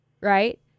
right